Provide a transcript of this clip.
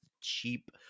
cheap